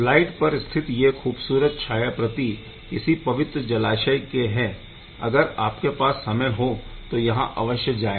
slide पर स्थित यह खूबसूरत छायाप्रति इसी पवित्र जलाशय के है अगर आपके पास समय हो तो यहाँ अवश्य जाए